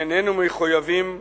איננו מחויבים לדבר.